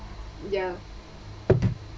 ya